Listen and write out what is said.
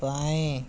ପାଇଁ